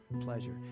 pleasure